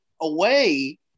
away